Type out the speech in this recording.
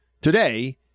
today